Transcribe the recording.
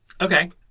Okay